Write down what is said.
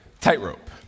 tightrope